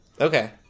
okay